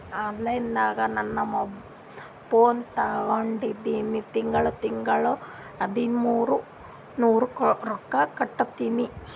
online ನಾಗ್ ನಾ phone ತಗೊಂಡಿನಿ ತಿಂಗಳಾ ತಿಂಗಳಾ ಹದಿಮೂರ್ ನೂರ್ ರೊಕ್ಕಾ ಕಟ್ಟತ್ತಿನಿ